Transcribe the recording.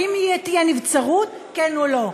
האם תהיה נבצרות כן או לא?